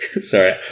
Sorry